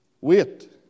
Wait